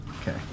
Okay